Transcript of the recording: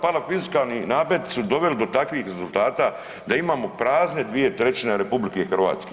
Parafiskalni nameti su doveli do takvih rezultata da imamo prazne dvije trećine RH.